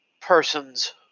person's